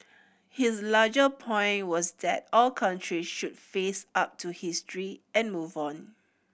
his larger point was that all country should face up to history and move on